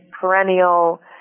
perennial